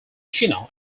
chino